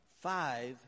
five